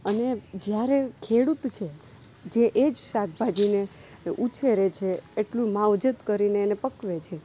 અને જ્યારે ખેડૂત છે જે એ જ શાકભાજીને ઉછેરે છે એટલું માવજત કરીને એને પકવે છે